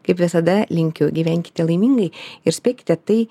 kaip visada linkiu gyvenkite laimingai ir spėkite tai